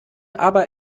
aber